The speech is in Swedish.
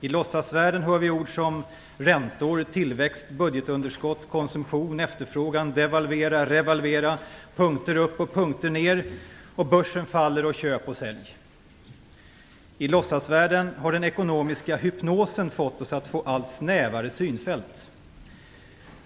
I låtsasvärlden hör vi ord som "räntor, tillväxt, budgetunderskott, konsumtion, efterfrågan, devalvera, revalvera, punkter upp och punkter ner, börsen faller och köp och sälj". I låtsasvärlden har den ekonomiska hypnosen fått oss att få allt snävare synfält.